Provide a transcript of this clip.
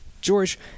George